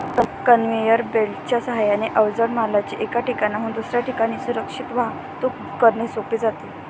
conveyor बेल्टच्या साहाय्याने अवजड मालाची एका ठिकाणाहून दुसऱ्या ठिकाणी सुरक्षित वाहतूक करणे सोपे जाते